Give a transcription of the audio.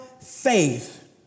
faith